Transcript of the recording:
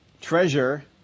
Treasure